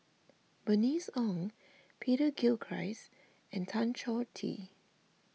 Bernice Ong Peter Gilchrist and Tan Choh Tee